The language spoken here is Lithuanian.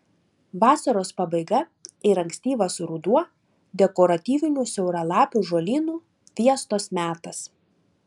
vasaros pabaiga ir ankstyvas ruduo dekoratyvinių siauralapių žolynų fiestos metas